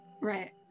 Right